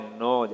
no